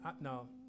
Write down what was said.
no